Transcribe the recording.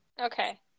Okay